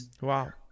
Wow